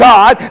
God